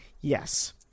Yes